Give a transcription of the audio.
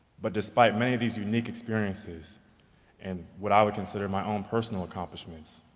but despite many of these unique experiences and what i would consider my own personal accomplishments,